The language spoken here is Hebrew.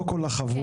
לא כל החבורה,